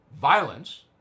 violence